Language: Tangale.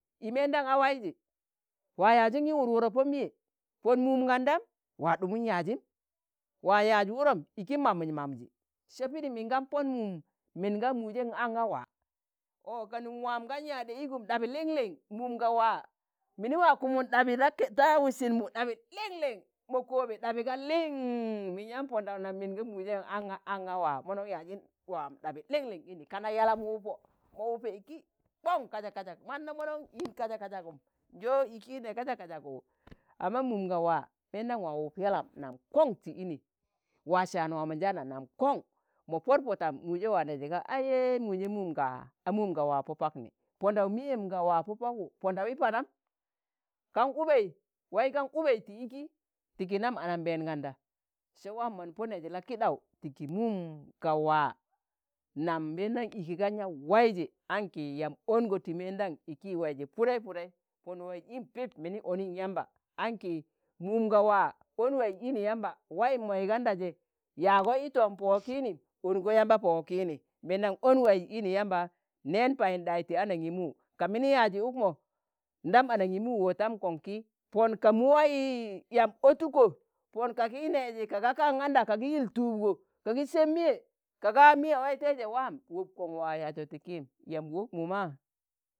i mẹẹndam a waizi, waa yaziṇ gi wụrwụrọ Pọ miyẹ, Pọn mum gan dam, waa ɗumun yaazim, waa yaaz wụrọm iki maminj mamji, se pidim min gan pon mun min ga wuu, je aṇga waa ọ kanum waam gan yaaɗe igum ɗabi liṇ liṇ mum ga waa, mini wa kumun ɗabi ɗa ke ta wisin mu ɗabi liṇ liṇ, mo koobe ɗabi ka liṇ, min yaan pondaụ nam minga muje aṇga- ang̣a waa monaṇ yazin waam ɗabi lin liṇ ini, kana yelam wupọ mo wupe iki koṇg, kazak kazak mannọ mọnọṇ in kazak kazakum njo iki ne kazak kazakwu? amma mum ga waa meendan waa wup yalam nam koṇ ti ini, waa saan waamonjaana nam koṇ, mo pod po tam muje wa neji ga aiyee̱!!! muje mum ga, a mum ga waa pọ pakni pọndau miyem ga waa pọ pakwu. Pondawi padam kaṇ ubei, wai gan ubei ti iki, ti ki nam anambeen kanda se waamon pọ neeji la'kiɗau ti ki mum ka waa, nam meendam gan yaa waizi anki yam ongo ti meendam iki waizi, Pudei Pudei pon waiz im pip mini oniṇ yamba, an ki mum ga waa, on wai ini yamba wayim moi ganda je yago yi toom po wokinim, ongo yamba po wokini mbendan on waiz ini yamba, neen payinɗayi ti anamgimu, ka mini yaji ukmo idam anangimu wotom kon ki pon ka muwai yamb utukko pon kagi neeji kaga kan ganda kagi yil tubgo, kagi seb miye ka ga miyewaiteje, wam wok kon wa yajo ti kim yam wokkmu ma.